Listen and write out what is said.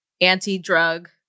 anti-drug